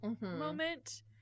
moment